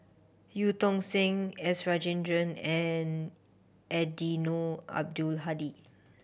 Eu Tong Sen S Rajendran and Eddino Abdul Hadi